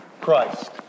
Christ